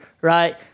right